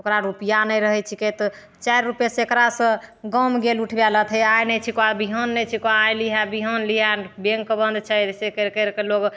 ओकरा रूपैआ नहि रहैत छिकै तऽ चारि रूपैआ सैकड़ासँ गाँवमे गेल उठबै लऽ तऽ हइयाँ आइ नहि छीकौ बिहान नहि छिकहुँ आइ लिहै बिहान लिहै बैंक बंद छै अइसे करि करिके लोग